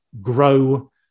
grow